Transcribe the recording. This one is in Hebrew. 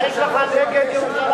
מה יש לך נגד ירושלים?